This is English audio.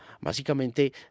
básicamente